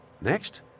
Next